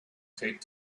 taped